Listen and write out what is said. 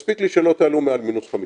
מספיק לי שלא תעלו מעל מינוס 50,